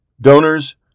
Donors